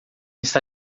está